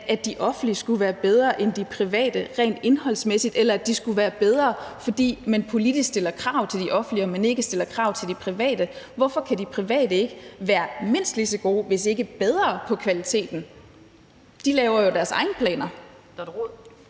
at de offentlige skulle være bedre end de private rent indholdsmæssigt, eller at de skulle være bedre, fordi man politisk stiller krav til de offentlige og ikke stiller krav til de private. Hvorfor kan de private ikke være mindst lige så gode, hvis ikke bedre, på kvaliteten? De laver jo deres egne planer. Kl. 16:16 Den